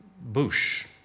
bush